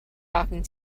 talking